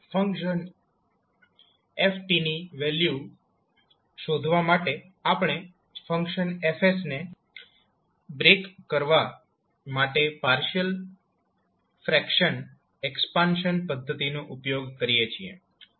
function 𝑓𝑡 ની value શોધવા માટે આપણે ફંકશન F ને બ્રેક કરવા માટે પાર્શીયલ ફ્રેક્શન એક્સપાન્શન પદ્ધતિનો ઉપયોગ કરીએ છીએ